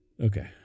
Okay